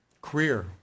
career